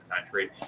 country